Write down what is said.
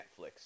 Netflix